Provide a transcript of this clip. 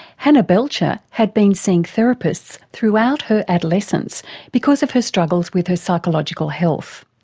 hannah belcher had been seeing therapists throughout her adolescence because of her struggles with her psychological health.